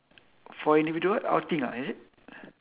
for individual what outing ah is it